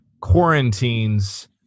quarantines